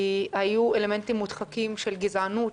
כי היו אלמנטים מודחקים של גזענות,